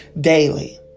daily